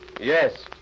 Yes